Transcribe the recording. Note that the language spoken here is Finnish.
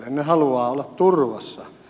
he haluavat olla turvassa